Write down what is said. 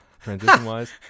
transition-wise